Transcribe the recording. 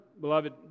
beloved